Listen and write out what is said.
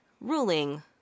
ruling